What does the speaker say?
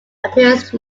appearance